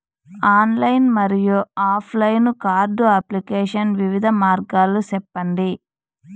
Online మరియు offline card application వివిధ మార్గాలు సెప్పండి?